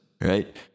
right